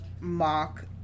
mock